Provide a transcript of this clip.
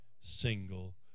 single